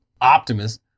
Optimus